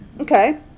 Okay